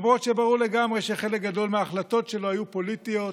למרות שברור לגמרי שחלק גדול מההחלטות שלו היו פוליטיות,